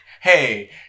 Hey